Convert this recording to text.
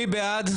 מי בעד?